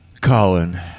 Colin